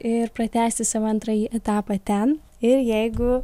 ir pratęsti savo antrąjį etapą ten ir jeigu